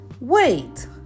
Wait